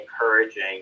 encouraging